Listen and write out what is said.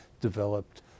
developed